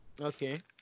okay